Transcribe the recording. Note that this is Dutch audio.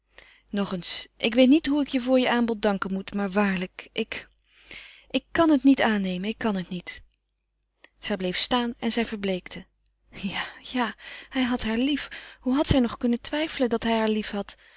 nog eens ik weet niet hoe ik je voor je aanbod danken moet maar waarlijk ik ik kan het niet aannemen ik kan het niet zij bleef staan en zij verbleekte ja ja hij had haar lief hoe had zij nog kunnen twijfelen dat hij haar liefhad